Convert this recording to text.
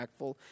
impactful